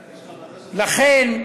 לכן,